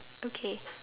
okay